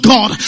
God